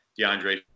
Deandre